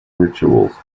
rituals